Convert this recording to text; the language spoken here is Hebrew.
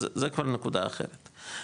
זה כבר נקודה אחרת.